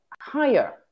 higher